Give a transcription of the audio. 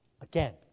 again